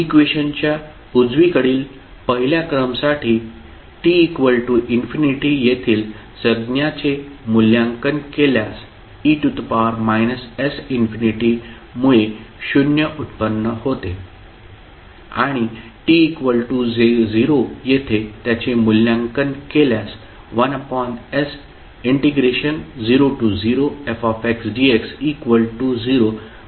इक्वेशनच्या उजवीकडील पहिल्या क्रमसाठी t ∞ येथील संज्ञाचे मूल्यांकन केल्यास e−s∞ मुळे शून्य उत्पन्न होते आणि t 0 येथे त्याचे मूल्यांकन केल्यास 1s00fxdx0 प्राप्त होते